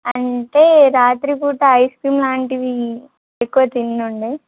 అంటే రాత్రిపూట ice cream లాంటివి ఎక్కువ తినను అండి